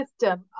system